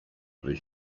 the